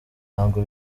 ntabwo